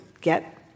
get